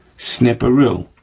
snip-aroo,